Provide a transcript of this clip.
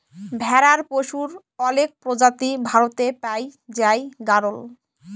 ভেড়ার পশুর অলেক প্রজাতি ভারতে পাই জাই গাড়ল